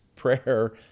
prayer